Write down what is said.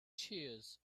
cheers